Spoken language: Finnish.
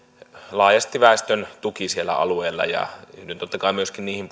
laajasti väestön tuki siellä alueella ja yhdyn totta kai myöskin niihin